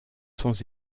sans